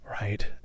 right